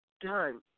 done